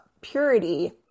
purity